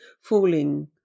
falling